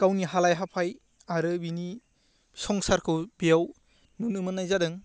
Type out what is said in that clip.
गावनि हालाय हाफाय आरो बेनि संसारखौ बेयाव नुनो मोन्नाय जादों